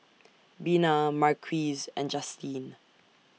Bina Marquise and Justine